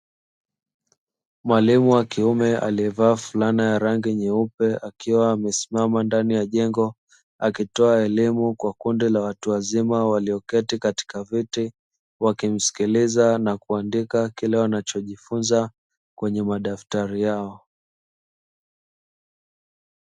Mwalimu wakiume aliyevaa flana ya rangi ya nyeupe akiwa amesimama ndani ya jengo, akitoa elimu kwa kundi la watu wazima walioketi katika viti wakimsikiliza na kuandika kile wanachojifunza kwenye madaftari yao.